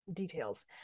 details